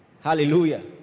hallelujah